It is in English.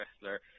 wrestler